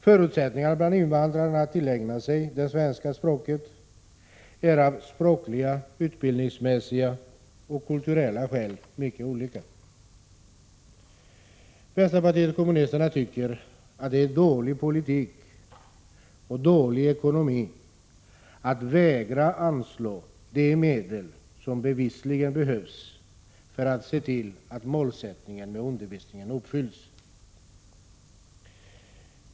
Förutsättningarna för invandrarna att tillägna sig det svenska språket är av språkliga, utbildningsmässiga och kulturella skäl mycket olika. Vpk tycker att det är en dålig politik och en dålig ekonomi att vägra anslå de medel som bevisligen behövs för att se till att målen för svenskundervisningen uppnås.